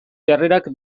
jarrerak